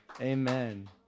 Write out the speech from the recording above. Amen